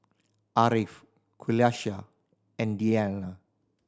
Ariff Qalisha and Dian